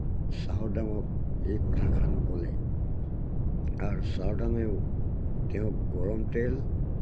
চাওদাংক এই কথাষাৰ নকলে আৰু চাওদাঙেও তেওঁক গৰম তেল